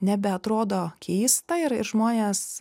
nebeatrodo keista ir žmonės